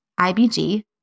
IBG